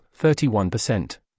31%